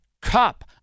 cup